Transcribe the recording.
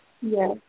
Yes